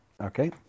Okay